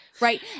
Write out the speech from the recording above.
right